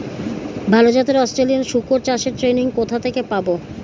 ভালো জাতে অস্ট্রেলিয়ান শুকর চাষের ট্রেনিং কোথা থেকে পাব?